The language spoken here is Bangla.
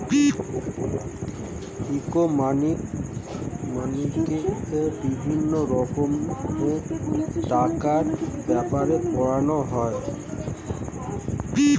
ইকোনমিক্সে বিভিন্ন রকমের টাকার ব্যাপারে পড়ানো হয়